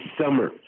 summer